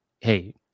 hey